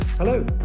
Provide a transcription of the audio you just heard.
Hello